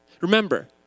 Remember